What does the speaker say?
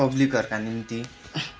पब्लिकहरूका निम्ति